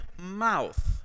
mouth